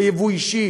ביבוא אישי,